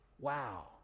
Wow